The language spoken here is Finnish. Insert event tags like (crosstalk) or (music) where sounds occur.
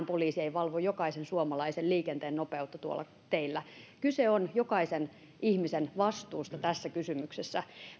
(unintelligible) poliisi ei valvo jokaisen suomalaisen liikenteen nopeutta tuolla teillä kyse on jokaisen ihmisen vastuusta tässä kysymyksessä